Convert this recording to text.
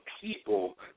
people